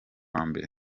mbere